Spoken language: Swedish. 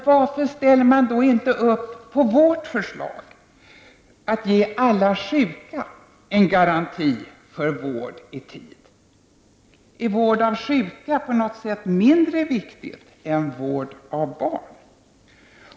Varför ställer man då inte upp på vårt förslag att ge alla sjuka en garanti för vård i tid? Är vård av sjuka på något sätt mindre viktigt än vård av barn?